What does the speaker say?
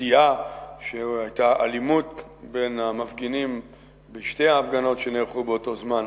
ידיעה שהיתה אלימות בין המפגינים בשתי ההפגנות שנערכו באותו זמן.